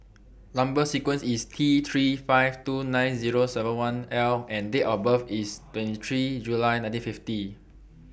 Number sequence IS T three five two nine Zero seven one L and Date of birth IS twenty three July nineteen fifty